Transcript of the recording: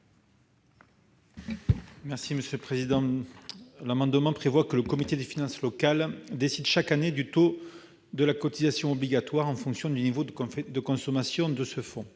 Cet amendement tend à prévoir que le Comité des finances locales décide chaque année du taux de la cotisation obligatoire en fonction du niveau de consommation du fonds.